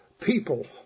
people